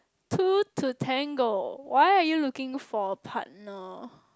two to tango why are you looking for partner